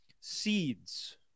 seeds